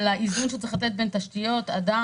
על האיזון שהוא צריך לתת בין תשתיות לאדם.